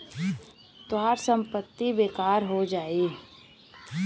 तोहार संपत्ति बेकार हो जाई